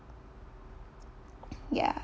yeah